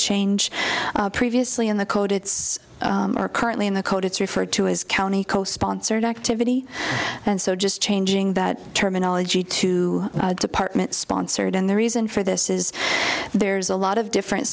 change previously in the code it's are currently in the code it's referred to as county co sponsored activity and so just changing that terminology to department sponsored and the reason for this is there's a lot of different